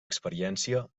experiència